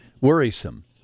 worrisome